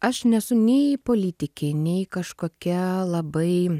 aš nesu nei politikė nei kažkokia labai